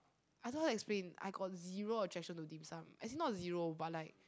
I don't know how to explain I got zero attraction to dim sum as in not zero but like